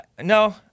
No